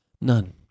None